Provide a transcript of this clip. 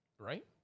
right